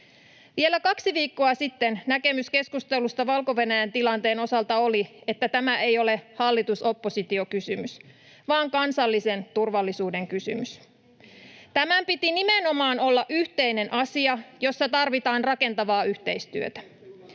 Vielä kaksi viikkoa sitten näkemys keskustelusta Valko-Venäjän tilanteen osalta oli, että tämä ei ole hallitus—oppositio-kysymys vaan kansallisen turvallisuuden kysymys. Tämän piti nimenomaan olla yhteinen asia, jossa tarvitaan rakentavaa yhteistyötä.